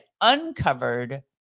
uncovered